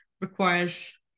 requires